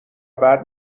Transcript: بعد